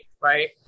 right